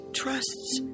trusts